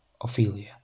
Ophelia